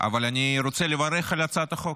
אבל אני רוצה לברך על הצעת החוק,